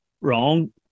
wrong